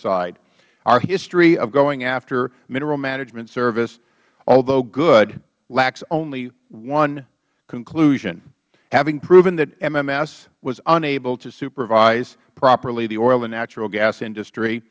side our history of going after minerals management service although good lacks only one conclusion having proven that mms was unable to supervise properly the oil and natural gas industry